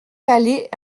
allée